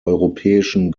europäischen